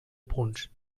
punts